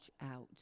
out